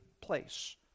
place